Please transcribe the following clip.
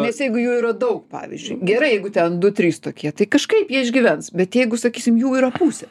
nes jeigu jų yra daug pavyzdžiui gerai jeigu ten du trys tokie tai kažkaip jie išgyvens bet jeigu sakysim jų yra pusė